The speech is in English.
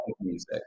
music